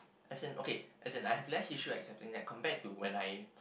as in okay as in I have less issues accepting that compared to when I